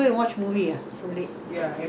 where where got movie theatre here